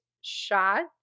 shot